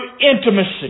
intimacy